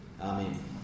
Amen